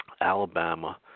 Alabama